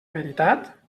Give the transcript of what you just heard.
veritat